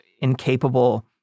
incapable